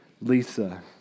Lisa